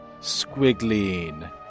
squiggling